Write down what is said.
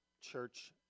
church